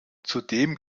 zudem